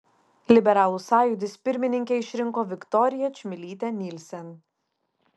liberalų sąjūdis pirmininke išrinko viktoriją čmilytę nielsen